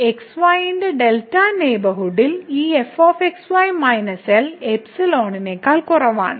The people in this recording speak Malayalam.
xy ന്റെ ഡെൽറ്റ നെയ്ബർഹുഡിൽ ഈ fxy - L എപ്സിലോണിനേക്കാൾ കുറവാണ്